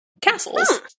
castles